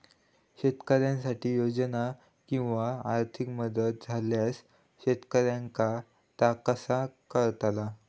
शेतकऱ्यांसाठी योजना किंवा आर्थिक मदत इल्यास शेतकऱ्यांका ता कसा कळतला?